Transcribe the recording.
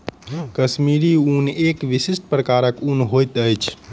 कश्मीरी ऊन एक विशिष्ट प्रकारक ऊन होइत अछि